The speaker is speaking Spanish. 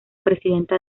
presidenta